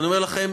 ואני אומר לכם,